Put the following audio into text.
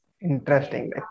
Interesting